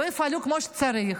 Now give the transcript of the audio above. ולא יפעלו כמו שצריך,